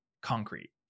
concrete